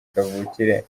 kavukire